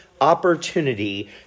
opportunity